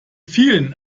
vielen